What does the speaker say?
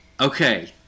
Okay